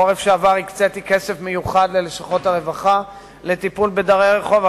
בחורף שעבר הקציתי כסף מיוחד ללשכות הרווחה לטיפול בדרי רחוב,